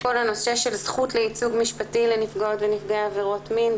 כל הנושא של זכות לייצוג משפטי לנפגעות ונפגעי עבירות מין,